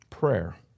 prayer